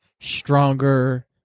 stronger